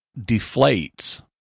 deflates